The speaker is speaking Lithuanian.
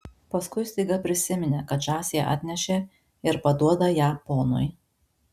paskui staiga prisiminė kad žąsį atnešė ir paduoda ją ponui